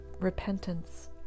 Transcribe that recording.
repentance